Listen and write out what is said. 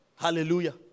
Hallelujah